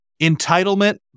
entitlement